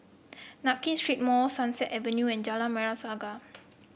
Nankin Street Mall Sunset Avenue and Jalan Merah Saga